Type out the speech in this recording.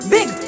Big